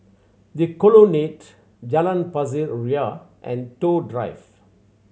The Colonnade Jalan Pasir Ria and Toh Drive